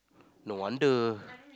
no wonder